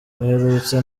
baherutse